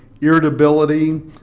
irritability